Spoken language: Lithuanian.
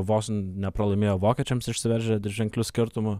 vos nepralaimėjo vokiečiams išsiveržę dviženkliu skirtumu